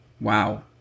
wow